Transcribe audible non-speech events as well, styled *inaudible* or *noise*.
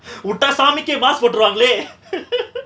*breath* உட்டா சாமிக்கே:utta saamike vas~ போட்ருவாங்களே:potruvaangale *laughs*